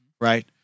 Right